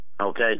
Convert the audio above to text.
Okay